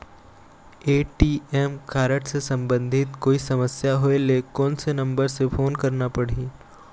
ATM card से संबंधित कोई समस्या होय ले, कोन से नंबर से फोन करना पढ़ही?